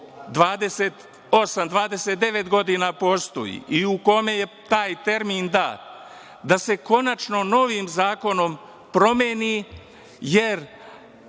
28, 29 godina postoji i u kome je taj termin dat, da se konačno novim zakonom promeni jer